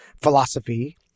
philosophy